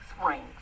Springs